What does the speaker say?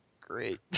great